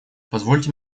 позвольте